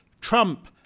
Trump